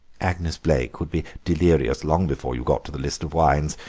agnes blaik would be delirious long before you got to the list of wines,